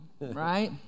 right